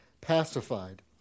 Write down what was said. pacified